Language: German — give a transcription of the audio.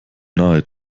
nahe